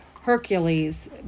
Hercules